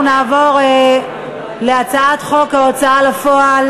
נעבור להצעת חוק ההוצאה לפועל